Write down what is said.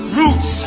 roots